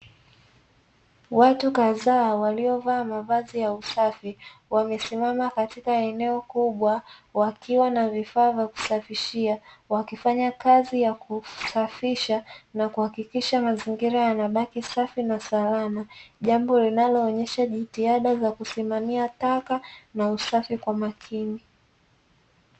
Watu kadhaa waliovaa mavazi ya usafi, wamesimama katika eneo kubwa wakiwa na vifaa vya kusafishia, wakifanya kazi ya kusafisha na kuhakikisha mazingira yanabaki safi na salama, jambo linaloaonyesha jitihada za kusimamamia taka na usafi kwa makini.